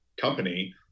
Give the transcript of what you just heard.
company